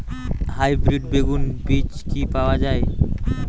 Hybrid বেগুন বীজ কি পাওয়া য়ায়?